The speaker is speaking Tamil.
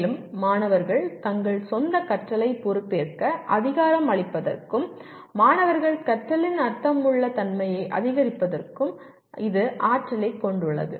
மேலும் மாணவர்கள் தங்கள் சொந்தக் கற்றலைப் பொறுப்பேற்க அதிகாரம் அளிப்பதற்கும் மாணவர்கள் கற்றலின் அர்த்தமுள்ள தன்மையை அதிகரிப்பதற்கும் இது ஆற்றலைக் கொண்டுள்ளது